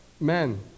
men